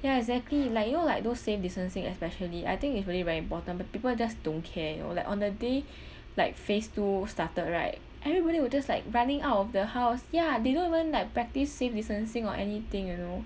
ya exactly like you know like those safe distancing especially I think is really very important but people just don't care you know like on the day like phase two started right everybody were just like running out of the house ya they don't even like practice safe distancing or anything you know